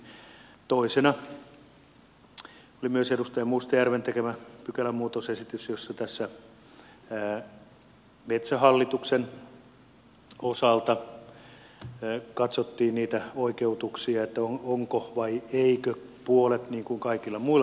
toisena oli myös edustaja mustajärven tekemä pykälämuutosesitys jossa metsähallituksen osalta katsottiin niitä oikeutuksia että onko vai eikö puolet niin kuin kaikilla muilla pohjoisen järvillä